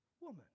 woman